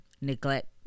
neglect